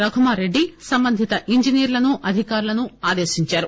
రఘుమా రెడ్డి సంబంధిత ఇంజనీర్ణను అధికార్ణను ఆదేశించారు